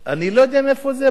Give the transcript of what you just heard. אני לא יודע מאיפה זה בא.